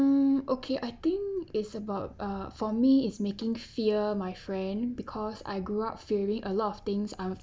mm okay I think it's about uh for me is making fear my friend because I grew up feeling a lot of things I've